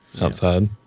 outside